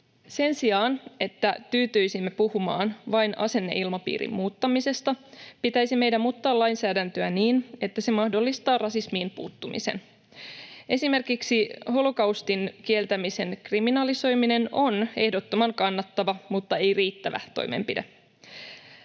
Sen sijaan, että tyytyisimme puhumaan vain asenneilmapiirin muuttamisesta, pitäisi meidän muuttaa lainsäädäntöä niin, että se mahdollistaa rasismiin puuttumisen. Esimerkiksi holokaustin kieltämisen kriminalisoiminen on ehdottoman kannattava mutta ei riittävä toimenpide.